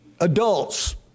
adults